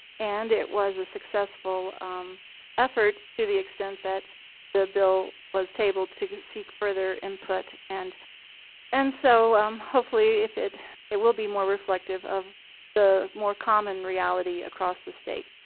and it was a successful effort to the extent that the bill was tabled to seek further input. and and so um hopefully it it will be more reflective of the more common reality across the state.